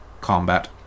combat